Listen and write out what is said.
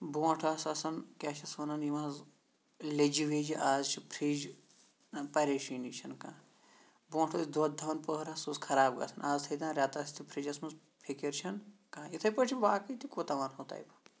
برونٛٹھ آس آسان کیٛاہ چھِ اَتھ وَنان یِم حظ لیٚجہِ ویٚجہِ اَز چھِ فِرٛج پریشٲنی چھَنہٕ کانٛہہ برونٛٹھ ٲسۍ دۄد تھَوان پٔہرَس سُہ اوس خراب گژھان اَز تھٔوتَن ریٚتَس تہِ فِرٛجَس منٛز فِکِر چھَنہٕ کانٛہہ یِتھَے پٲٹھۍ چھِ باقٕے تہِ کوٗتاہ وَنہو تۄہہِ بہٕ